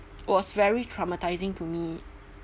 was very traumatising to me